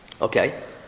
Okay